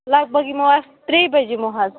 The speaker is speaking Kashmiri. لگ بگ یِمو أسۍ ترٛیٚیہِ بَجہِ یِمو حظ